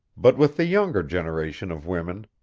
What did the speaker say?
but with the younger generation of women,